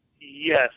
Yes